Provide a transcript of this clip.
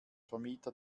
vermieter